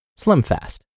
SlimFast